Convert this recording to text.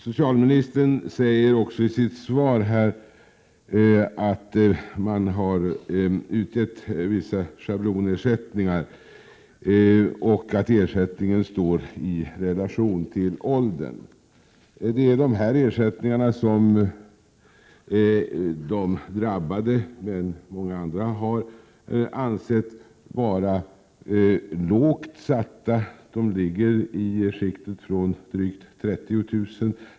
Socialministern säger i sitt svar att man har utgivit vissa schablonersättningar och att ersättningen står i relation till åldern. Det är dessa ersättningar som de drabbade, men också många andra, har ansett vara lågt satta. De ligger i skiktet från drygt 30 000 kr.